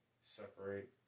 separate